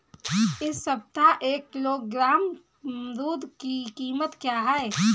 इस सप्ताह एक किलोग्राम अमरूद की कीमत क्या है?